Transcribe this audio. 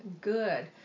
good